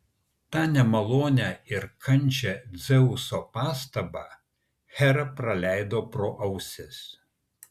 tą nemalonią ir kandžią dzeuso pastabą hera praleido pro ausis